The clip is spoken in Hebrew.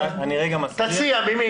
תציע ממי.